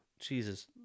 Jesus